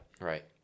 Right